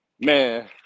man